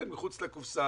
כן מחוץ לקופסה,